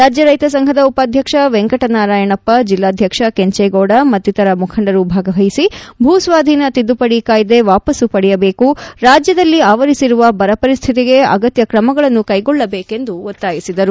ರಾಜ್ಯ ರೈತ ಸಂಘದ ಉಪಾಧ್ಯಕ್ಷ ವೆಂಕಟನಾರಾಯಣಪ್ಪ ಜಿಲ್ಲಾಧ್ಯಕ್ಷ ಕೆಂಚೇಗೌಡ ಮತ್ತಿತರ ಮುಖಂಡರು ಭಾಗವಹಿಸಿ ಭೂಸ್ವಾಧೀನ ತಿದ್ದುಪಡಿ ಕಾಯ್ದೆ ವಾಪಾಸು ಪಡೆಯಬೇಕು ರಾಜ್ಯದಲ್ಲಿ ಅವರಿಸಿರುವ ಬರ ಪರಿಸ್ಥಿತಿಗೆ ಅಗತ್ಯ ಕ್ರಮಗಳನ್ನು ಕೈಗೊಳ್ಳಬೇಕೆಂದು ಒತ್ತಾಯಿಸಿದರು